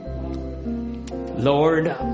Lord